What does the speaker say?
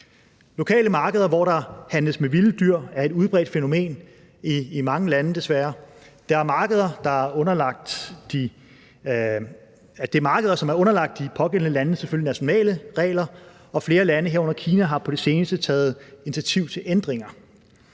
Lokale markeder, hvor der handles med vilde dyr, er et udbredt fænomen i mange lande, desværre. Det er markeder, som selvfølgelig er underlagt de pågældende landes nationale regler, og flere lande, herunder Kina, har på det seneste taget initiativ til ændringer.